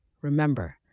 remember